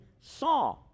saw